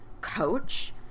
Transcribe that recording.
coach